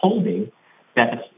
holding best